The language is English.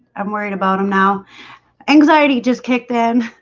i'm worried about him now anxiety just kicked in